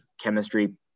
chemistry